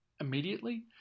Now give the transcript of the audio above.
immediately